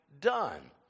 done